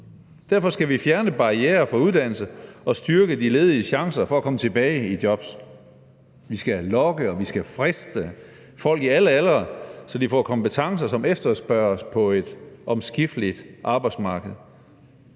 Derfor skal vi fjerne barrierer for uddannelse og styrke de lediges chancer for at komme tilbage i job. Vi skal lokke og friste folk i alle aldre, så de får kompetencer, som efterspørges på et omskifteligt arbejdsmarked.